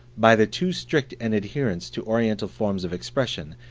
by the too strict an adherence to oriental forms of expression,